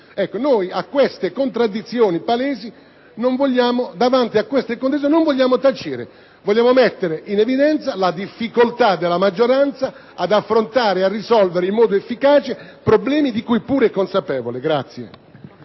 a queste contraddizioni palesi, non vogliamo tacere: vogliamo mettere in evidenza la difficoltà della maggioranza ad affrontare e risolvere in modo efficace problemi di cui pure è consapevole.